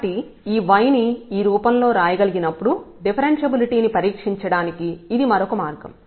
కాబట్టి ఈ y ని ఈ రూపంలో రాయగలిగినప్పుడు డిఫరెన్షబులిటీ ని పరీక్షించడానికి ఇది మరొక మార్గం